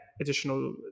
additional